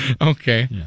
okay